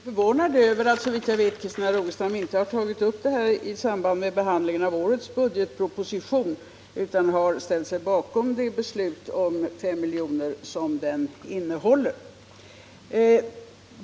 Herr talman! Jag är kanske litet förvånad över att Christina Rogestam såvitt jag vet inte tagit upp den här frågan i samband med behandlingen av årets budgetproposition utan ställt sig bakom beslutet om de 5 miljonerna.